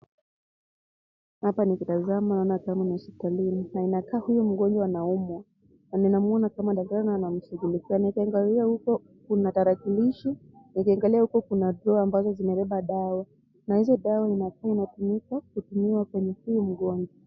Hapa nikitazama naona kama ni hospitalini, na inakaa huyu mgonjwa anaumwa. Na ninamuona kama daktari naye anamshughulikia. Nikiangalia huko kuna tarakilishi, nikiangalia huko kuna draw ambazo zimebeba dawa. Na hizo dawa inakaa inatumika kutumiwa kwenye huyu mgonjwa.